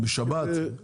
בשבת?